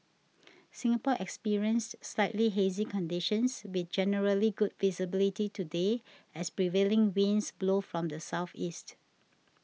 Singapore experienced slightly hazy conditions with generally good visibility today as prevailing winds blow from the southeast